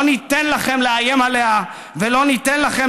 לא ניתן לכם לאיים עליה ולא ניתן לכם